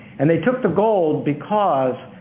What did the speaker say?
and they took the gold because